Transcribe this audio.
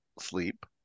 sleep